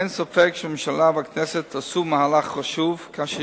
אין ספק כי הממשלה והכנסת עשו מהלך חשוב כאשר